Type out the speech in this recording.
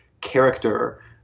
character